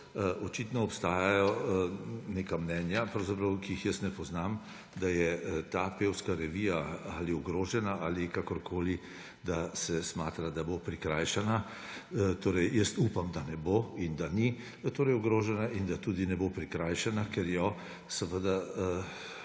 očitno obstajajo neka mnenja, ki jih jaz ne poznam, da je ta pevska revija ogrožena ali kakorkoli, da se smatra, da bo prikrajšana. Jaz upam, da ne bo in da ni ogrožena in da tudi ne bo prikrajšana, ker jo seveda